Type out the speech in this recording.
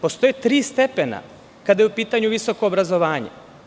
Postoje tri stepena kad je u pitanju visoko obrazovanje.